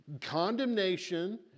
condemnation